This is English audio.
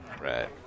Right